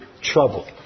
trouble